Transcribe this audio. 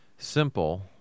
simple